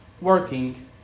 working